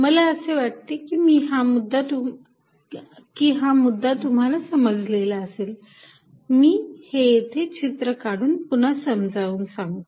मला असे वाटते की हा मुद्दा तुम्हाला समजलेला असेल मी हे येथे चित्र काढून पुन्हा समजावून सांगतो